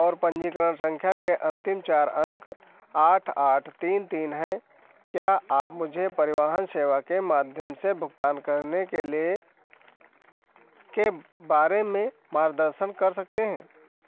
और पंजीकरण संख्या के अंतिम चार अंक आठ आठ तीन तीन हैं क्या आप मुझे परिवहन सेवा के माध्यम से भुगतान करने के लिए के बारे में मार्गदर्शन कर सकते हैं